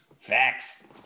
Facts